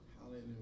Hallelujah